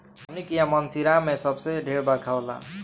हमनी किहा मानसींराम मे सबसे ढेर बरखा होला